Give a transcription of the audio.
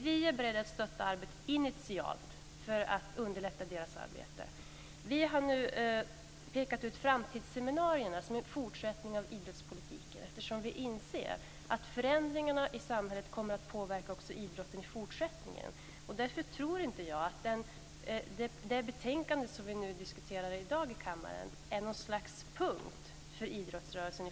Vi är beredda att stötta initialt för att underlätta arbetet. Vi har pekat ut framtidsseminarierna som en fortsättning av idrottspolitiken. Vi inser att förändringarna i samhället kommer att påverka idrotten i fortsättningen. Därför tror jag inte att det betänkande som vi diskuterar här i dag utgör en punkt för idrottsrörelsen.